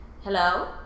Hello